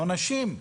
עונשים.